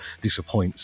disappoints